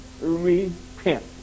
repent